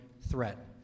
threat